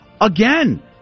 again